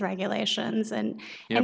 regulations and you know